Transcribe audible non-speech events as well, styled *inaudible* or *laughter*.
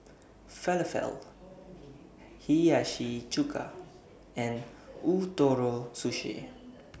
Falafel Hiyashi Chuka and Ootoro *noise* Sushi